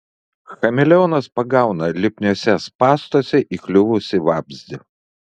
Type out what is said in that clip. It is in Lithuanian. chameleonas pagauna lipniuose spąstuose įkliuvusį vabzdį